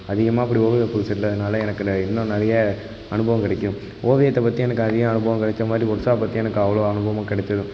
அதிகமாக அப்படி ஓவிய வகுப்புக்கு சென்றதனால எனக்கு டே இன்னும் நிறைய அனுபவம் கிடைக்கும் ஓவியத்தை பற்றி எனக்கு அதிகம் அனுபவம் கிடச்ச மாதிரி ஒர்க்ஷாப் பற்றியும் எனக்கு அவ்வளோ அனுபவமும் கிடைச்சது